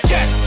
Yes